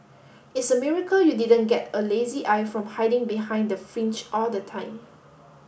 it's a miracle you didn't get a lazy eye from hiding behind the fringe all the time